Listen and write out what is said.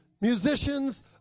musicians